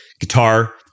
guitar